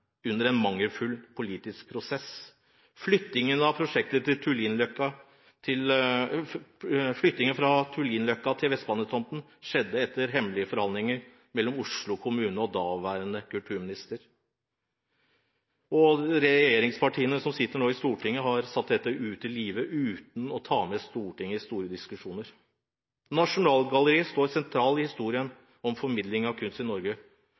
under en mangelfull politisk prosess. Flyttingen av prosjektet fra Tullinløkka til Vestbane-tomten skjedde etter hemmelige forhandlinger mellom Oslo kommune og den daværende kulturministeren. Regjeringspartiene som nå sitter i Stortinget, har satt dette ut i livet uten å ta Stortinget med på diskusjon om saken. Nasjonalgalleriet står sentralt i historien om formidling av kunst i Norge,